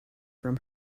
from